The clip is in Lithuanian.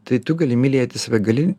tai tu gali mylėti save gali